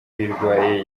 uyirwaye